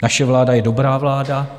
Naše vláda je dobrá vláda.